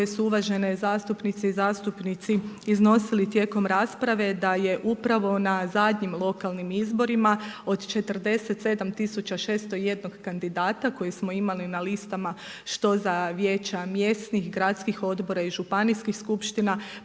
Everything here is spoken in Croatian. koje su uvažene zastupnice i zastupnici iznosili tijekom rasprave da je upravo na zadnjim lokalnim izborima od 47601 kandidata koji smo imali na listama što za vijeća mjesnih, gradskih odbora i županijskih skupština